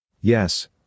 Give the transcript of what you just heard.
Yes